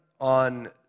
on